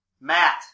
Matt